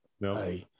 No